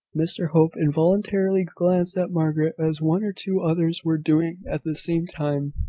mr hope involuntarily glanced at margaret, as one or two others were doing at the same time.